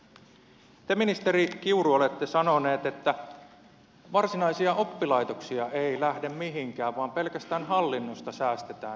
te ministeri kiuru olette sanonut että varsinaisia oppilaitoksia ei lähde mihinkään vaan pelkästään hallinnosta säästetään